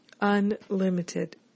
unlimited